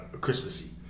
Christmassy